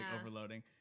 overloading